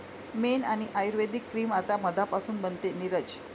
मेण आणि आयुर्वेदिक क्रीम आता मधापासून बनते, नीरज